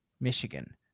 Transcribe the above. Michigan